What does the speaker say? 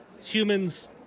humans